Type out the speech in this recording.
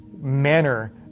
manner